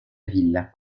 ville